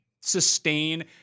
sustain